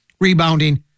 rebounding